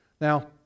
Now